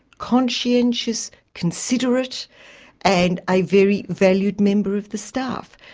conscientious, considerate and a very valued member of the staff.